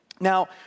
Now